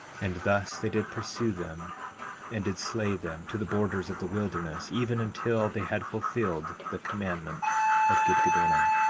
and thus they did pursue them and did slay them, to the borders of the wilderness, even until they had fulfilled the commandment of gidgiddoni.